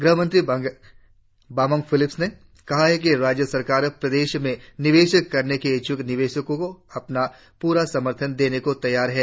गृह मंत्री बमांग फेलिक्स ने कहा कि राज्य सरकार प्रदेश में निवेश करने के इच्छुक निवेशकों को अपना पूरा समर्थन देने को तैयार है